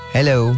Hello